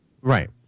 Right